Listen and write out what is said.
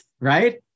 Right